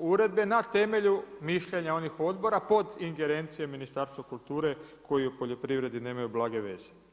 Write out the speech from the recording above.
uredbe na temelju mišljenja onih odbora pod ingerencijom Ministarstva kulture koji o poljoprivredi nemaju blage veze.